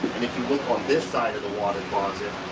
and, if you look on this side of the water closet,